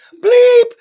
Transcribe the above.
Bleep